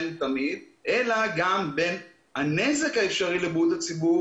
אלא גם בין הנזק האפשרי לבריאות הציבור